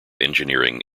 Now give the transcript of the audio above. engineering